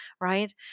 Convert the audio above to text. right